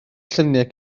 lluniau